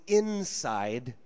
inside